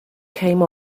came